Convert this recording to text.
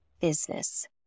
business